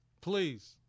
Please